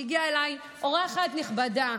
הגיעה אליי אורחת נכבדה,